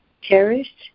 cherished